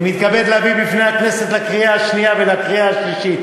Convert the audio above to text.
אני מתכבד להביא בפני הכנסת לקריאה השנייה ולקריאה השלישית